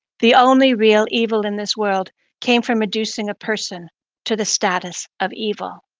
the only real evil in this world came from reducing a person to the status of evil.